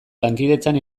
lankidetzan